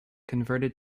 converted